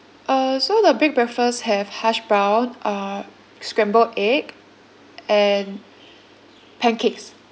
uh so the big breakfast have hash brown uh scramble egg and pancakes